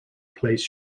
place